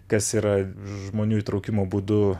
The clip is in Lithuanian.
kas yra žmonių įtraukimo būdu